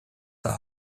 war